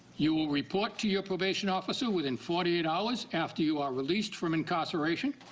you will report to your probation officer within forty eight hours after you are released from incarceration.